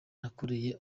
nakoreye